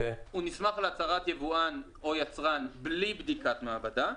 הוא נסמך על הצהרת יבואן או יצרן בלי בדיקת מעבדה,